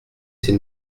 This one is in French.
ces